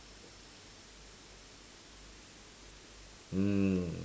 mm